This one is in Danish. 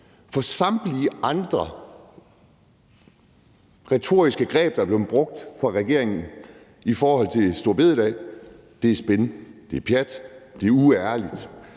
For samtlige andre retoriske greb, der er blevet brugt af regeringen i forhold til store bededag, er spin; det er pjat, og det er uærligt.